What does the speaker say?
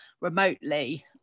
remotely